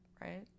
right